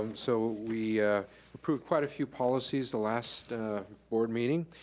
um so we approved quite a few policies the last board meeting.